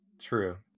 True